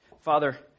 Father